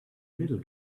little